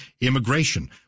immigration